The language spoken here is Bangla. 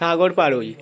সাগর পারুই